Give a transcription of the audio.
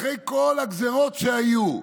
אחרי כל הגזרות שהיו,